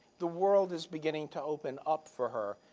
the world is beginning to open up for her,